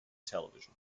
television